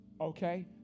okay